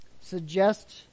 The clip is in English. Suggest